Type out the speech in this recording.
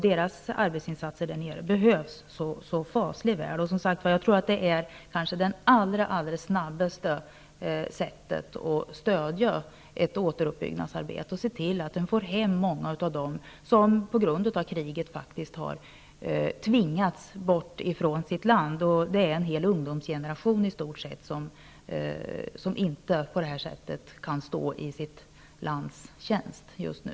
Deras arbetsinsatser behövs så fasligt väl där nere, och jag tror alltså att det här är det allra snabbaste sättet att stödja ett återuppbyggnadsarbete och få hem många av dem som på grund av kriget faktiskt har tvingats bort från sitt land. Det är i stort sett en hel ungdomsgeneration som inte kan stå i sitt lands tjänst just nu.